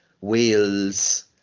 Wales